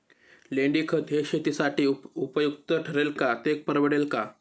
लेंडीखत हे शेतीसाठी उपयुक्त ठरेल का, ते परवडेल का?